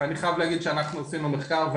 אני חייב להגיד שאנחנו הוצאנו מחקר.